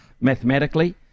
mathematically